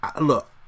look